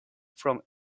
from